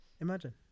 Imagine